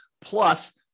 plus